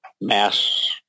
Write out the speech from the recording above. mass